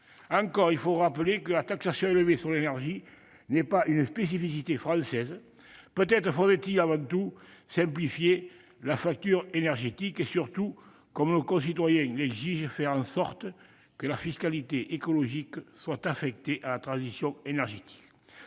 Enfin, il faut rappeler que la taxation élevée qui pèse sur l'énergie n'est pas une spécificité française. Peut-être faudrait-il avant tout simplifier la facture énergétique ? Et surtout, comme nos concitoyens l'exigent, faire en sorte que la fiscalité écologique soit affectée à la transition énergétique.